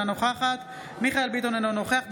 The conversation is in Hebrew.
אינה נוכחת מיכאל מרדכי ביטון,